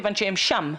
כיוון שהם שם.